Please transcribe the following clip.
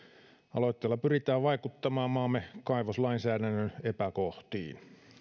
aloitteella pyritään vaikuttamaan maamme kaivoslainsäädännön epäkohtiin